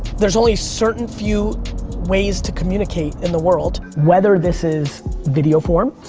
there's only certain few ways to communicate in the world. whether this is video form.